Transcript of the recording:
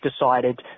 decided